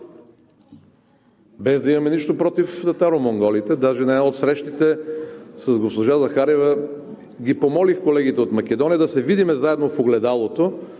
без да имаме нищо против татаро-монголите. Даже на една от срещите с госпожа Захариева помолих колегите от Македония да се видим заедно в огледалото,